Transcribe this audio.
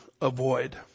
avoid